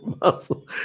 muscle